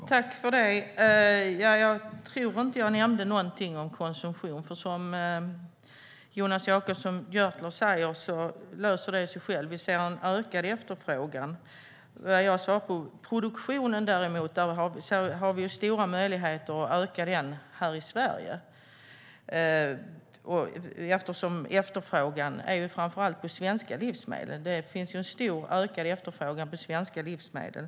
Herr ålderspresident! Jag tror inte att jag nämnde någonting om konsumtion. Precis som Jonas Jacobsson Gjörtler säger löser det sig självt. Vi ser en ökad efterfrågan. Det finns däremot stora möjligheter att öka produktionen i Sverige. Efterfrågan är framför allt på svenska livsmedel. Det finns en stor ökad efterfrågan på svenska livsmedel.